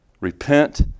Repent